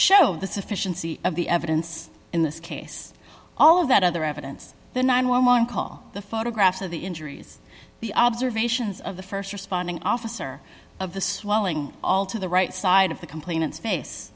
show the sufficiency of the evidence in this case all of that other evidence the nine hundred and eleven call the photographs of the injuries the observations of the st responding officer of the swelling all to the right side of the complainants face